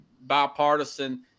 bipartisan